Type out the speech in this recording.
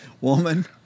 Woman